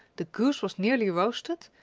the goose was nearly roasted,